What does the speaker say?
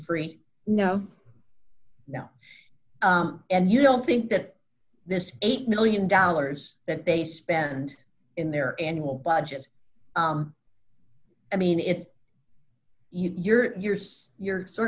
free no now and you don't think that this eight million dollars that they spend in their annual budget i mean if you're yours you're sort